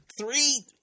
three